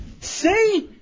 Say